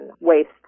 waste